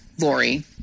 Lori